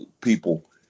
people